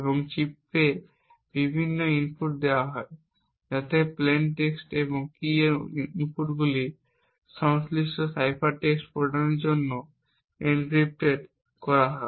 এবং চিপে বিভিন্ন ইনপুট দেওয়া হয় যাতে প্লেইন টেক্সট এবং কী এর ইনপুটগুলি সংশ্লিষ্ট সাইফার টেক্সট প্রদানের জন্য এনক্রিপ্ট করা হয়